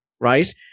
right